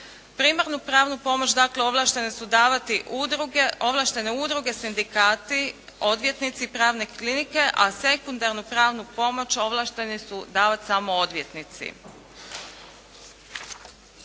Primarnu pravnu pomoć dakle ovlaštene su davati ovlaštene udruge, sindikati, odvjetnici, pravne klinike, a sekundarnu pravnu pomoć ovlašteni su davat samo odvjetnici.